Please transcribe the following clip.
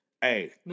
Hey